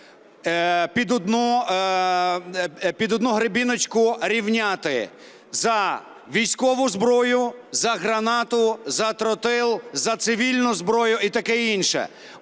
під одну гребіночку рівняти за військову зброю, за гранату, за тротил, за цивільну зброю і таке інше.